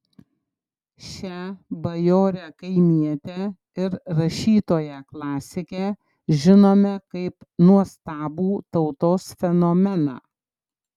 šią bajorę kaimietę ir rašytoją klasikę žinome kaip nuostabų tautos fenomeną